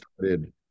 started